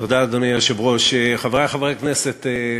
אדוני היושב-ראש, תודה, חברי חברי הכנסת,